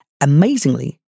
Amazingly